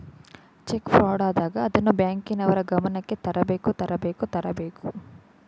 check fraud ಆದಾಗ ಅದನ್ನು ಬ್ಯಾಂಕಿನವರ ಗಮನಕ್ಕೆ ತರಬೇಕು ತರಬೇಕು ತರಬೇಕು